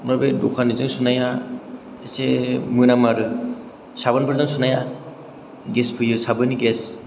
ओमफ्राइ बे दखाननिजों सुनाया एसे मोनामो आरो साबोन फोरजों सुनाया गेस फैयो साबोननि गेस